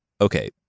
Okay